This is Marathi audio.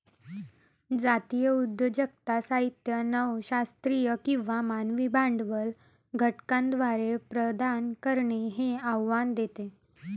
जातीय उद्योजकता साहित्य नव शास्त्रीय किंवा मानवी भांडवल घटकांद्वारे प्रदान करणे हे आव्हान देते